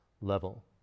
level